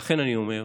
לכן אני אומר,